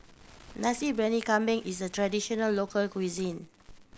Nasi Briyani Kambing is a traditional local cuisine